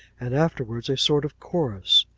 and afterwards a sort of chorus.